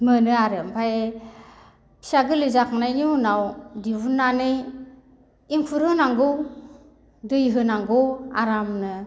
मोनो आरो ओमफ्राय फिसा गोरलै जाखांनायनि उनाव दिहुननानै एंखुर होनांगौ दै होनांगौ आरामनो